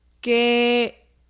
que